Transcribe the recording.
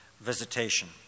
visitation